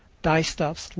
dyestuffs,